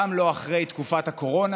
גם לא אחרי תקופת הקורונה,